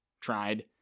tried